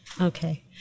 Okay